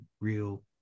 real